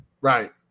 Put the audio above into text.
Right